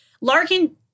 Larkin